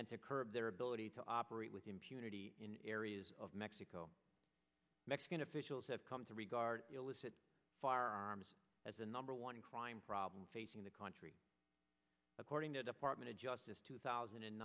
and to curb their ability to operate with impunity in areas of mexico mexican officials have come to regard illicit firearms as the number one crime problem facing the country according to a department of justice two thousand and